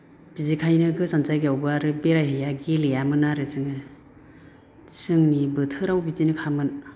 बिदिखायनो गोजान जायगायावबो आरो बेराय हैया गेलेयामोन आरो जोङो जोंनि बोथोराव बिदिनोखामोन